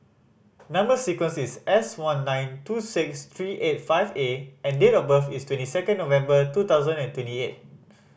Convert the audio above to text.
number sequence is S one nine two six three eight five A and date of birth is twenty second November two thousand and twenty eight